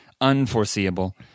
unforeseeable